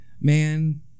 man